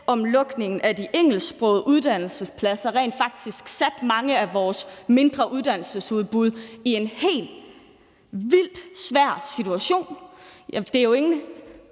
om lukningen af de engelsksprogede uddannelsespladser, rent faktisk satte mange af vores mindre uddannelsesudbud i en helt vildt svær situation. Det er jo heller